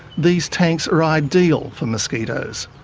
these tanks are ideal for mosquitoes.